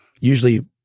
usually